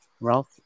Ralph